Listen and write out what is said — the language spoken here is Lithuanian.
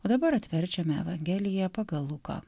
o dabar atverčiame evangeliją pagal luką